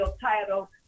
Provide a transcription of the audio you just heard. title